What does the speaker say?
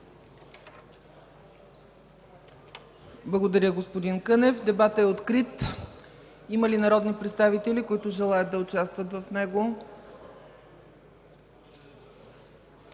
Благодаря, господин Кънев. Дебатът е открит. Има ли народни представители, които желаят да участват в него?